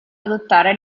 adottare